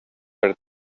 per